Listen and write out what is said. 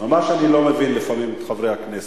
ממש אני לא מבין, לפעמים, את חברי הכנסת.